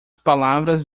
palavras